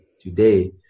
today